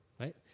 right